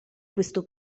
questo